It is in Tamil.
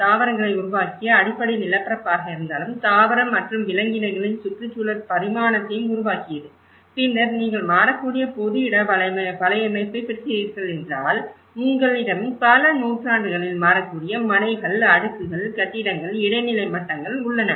தாவரங்களை உருவாக்கிய அடிப்படை நிலப்பரப்பாக இருந்தாலும் தாவர மற்றும் விலங்கினங்களின் சுற்றுச்சூழல் பரிமாணத்தையும் உருவாக்கியது பின்னர் நீங்கள் மாறக்கூடிய பொது இட வலையமைப்பைப் பெற்றீர்கள் என்றால் உங்களிடம் பல நூற்றாண்டுகளில் மாறக்கூடிய மனைகள் அடுக்குகள் கட்டிடங்கள் இடைநிலை மட்டங்கள் உள்ளன